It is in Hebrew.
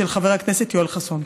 של חבר הכנסת יואל חסון.